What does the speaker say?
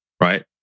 right